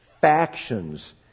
factions